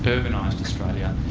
but urbanised australia.